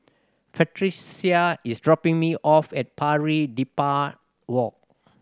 Frederica is dropping me off at Pari Dedap Walk